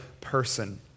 person